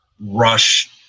Rush